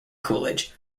coolidge